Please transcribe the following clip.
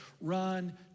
Run